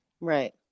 Right